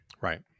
Right